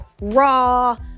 raw